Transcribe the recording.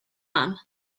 anne